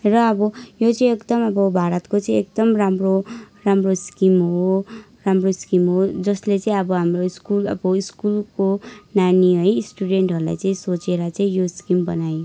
र अब यो चाहिँ एकदम अब भारतको चाहिँ एकदम राम्रो राम्रो स्किम हो राम्रो स्किम हो जसले चाहिँ अब हाम्रो स्कुल अब स्कुलको नानी है स्टुडेन्टहरूलाई चाहिँ सोचेर चाहिँ यो स्किम बनाएको